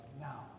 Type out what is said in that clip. now